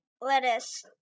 lettuce